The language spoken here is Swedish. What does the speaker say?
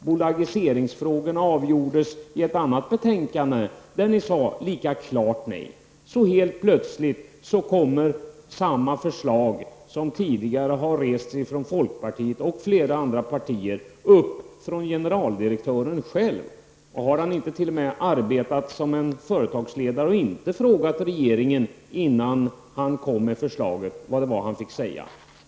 Bolagiseringsfrågorna avgjordes i ett annat betänkande, där socialdemokraterna var lika klart negativa. Så helt plötsligt framläggs samma förslag som tidigare har framställts av folkpartiet och flera andra partier av generaldirektören själv. Han har t.o.m. arbetat som en företagsledare och inte frågat regeringen innan han kom med förslaget om vad han fick säga.